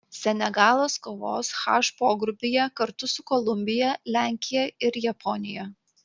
senegalas kovos h pogrupyje kartu su kolumbija lenkija ir japonija